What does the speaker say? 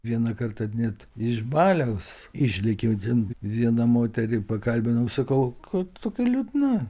vieną kartą net iš baliaus išlėkiau ten vieną moterį pakalbinau sakau ko tokia liūdna